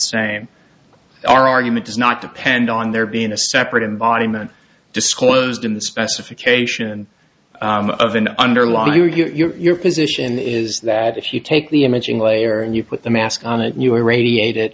same argument does not depend on there being a separate in body one disclosed in the specification of an underlying or you're position is that if you take the imaging layer and you put the mask on and you irradiate it